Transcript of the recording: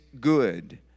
good